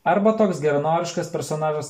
arba toks geranoriškas personažas